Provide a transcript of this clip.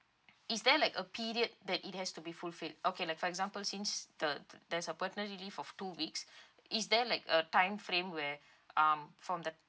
is there like a period that it has to be fulfilled okay like for example since the there's a paternity leave for two weeks is there like a time frame where um from the